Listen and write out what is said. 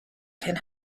can